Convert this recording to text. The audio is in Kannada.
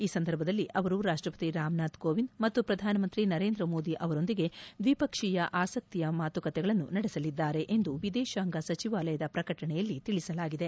ಈ ಸಂದರ್ಭದಲ್ಲಿ ಅವರು ರಾಷ್ಷಪತಿ ರಾಮನಾಥ್ ಕೋವಿಂದ್ ಮತ್ತು ಪ್ರಧಾನಮಂತ್ರಿ ನರೇಂದ್ರಮೋದಿ ಅವರೊಂದಿಗೆ ದ್ವಿಪಕ್ಷೀಯ ಆಸಕ್ತಿಯ ಮಾತುಕತೆಗಳನ್ನು ನಡೆಸಲಿದ್ದಾರೆ ಎಂದು ವಿದೇಶಾಂಗ ಸಚಿವಾಲಯದ ಪ್ರಕಟಣೆಯಲ್ಲಿ ತಿಳಿಸಲಾಗಿದೆ